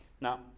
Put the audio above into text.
Now